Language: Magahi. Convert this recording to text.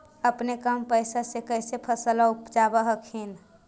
अपने कम पैसा से कैसे फसलबा उपजाब हखिन?